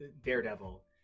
daredevil